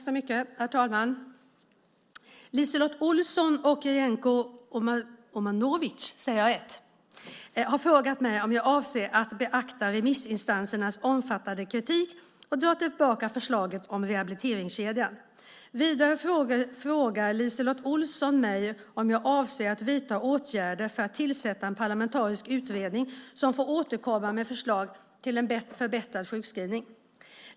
Herr talman! LiseLotte Olsson och Jasenko Omanovic har frågat mig om jag avser att beakta remissinstansernas omfattande kritik och dra tillbaka förslaget om rehabiliteringskedjan. Vidare frågar LiseLotte Olsson mig om jag avser att vidta åtgärder för att tillsätta en parlamentarisk utredning som får återkomma med förslag till en förbättrad sjukförsäkring.